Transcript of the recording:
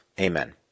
Amen